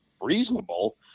reasonable